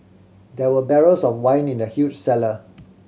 there were barrels of wine in the huge cellar